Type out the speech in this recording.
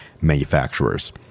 manufacturers